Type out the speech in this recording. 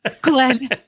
Glenn